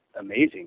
amazing